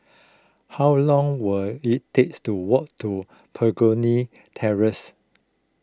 how long will it takes to walk to Begonia Terrace